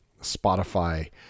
Spotify